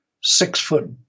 six-foot